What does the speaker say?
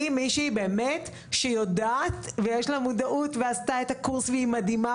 היא מישהי שבאמת יודעת ויש לה מודעות ועשתה את הקורס והיא מדהימה,